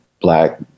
black